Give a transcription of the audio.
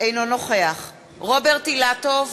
אינו נוכח רוברט אילטוב,